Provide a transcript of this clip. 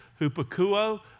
Hupakuo